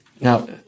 now